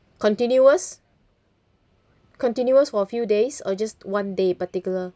continuous continuous for a few days or just one day particular